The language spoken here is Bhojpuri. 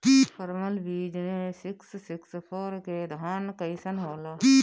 परमल बीज मे सिक्स सिक्स फोर के धान कईसन होला?